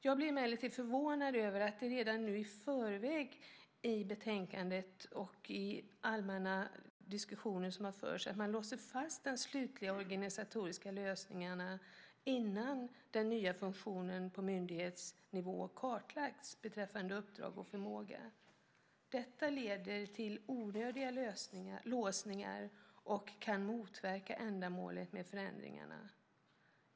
Jag blir emellertid förvånad över att man redan nu i förväg i betänkandet och i allmänna diskussioner som har förts låser fast de slutliga organisatoriska lösningarna innan den nya funktionen på myndighetsnivå beträffande uppdrag och förmåga har kartlagts. Detta leder till onödiga låsningar och kan motverka ändamålet med förändringarna.